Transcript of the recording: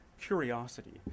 curiosity